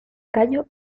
cayo